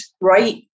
right